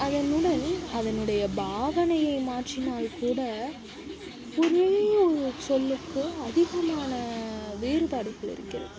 அதனுடன் அதனுடைய பாவனையை மாற்றினால்கூட ஒரே ஒரு சொல்லுக்கு அதிகமான வேறுபாடுகள் இருக்கிறது